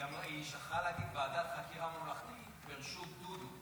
היא שכחה להגיד: ועדת חקירה ממלכתית בראשות דודו.